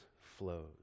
flows